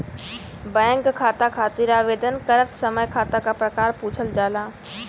bank खाता खातिर आवेदन करत समय खाता क प्रकार पूछल जाला